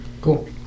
Cool